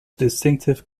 distinctive